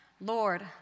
Lord